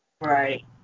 Right